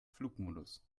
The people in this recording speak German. flugmodus